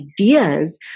ideas